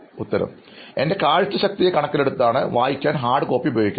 അഭിമുഖം സ്വീകരിക്കുന്നയാൾ എൻറെ കാഴ്ചശക്തിയെ കണക്കിലെടുത്താണ് വായിക്കാൻ ഹാർഡ് കോപ്പി ഉപയോഗിക്കുന്നത്